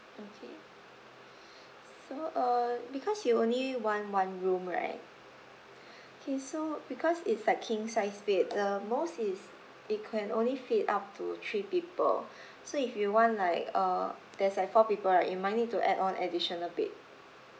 okay so err because you only want one room right okay so because it's like king size bed the most is it can only fit up to three people so if you want like uh there's like four people right you might need to add on additional bed